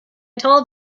told